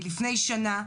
מלפני שנה,